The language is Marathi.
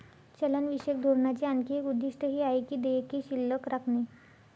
चलनविषयक धोरणाचे आणखी एक उद्दिष्ट हे आहे की देयके शिल्लक राखणे